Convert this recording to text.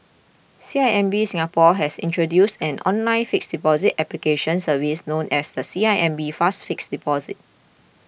C I M B Singapore has introduced an online fixed deposit application service known as the C I M B Fast Fixed Deposit